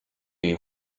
ich